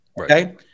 Okay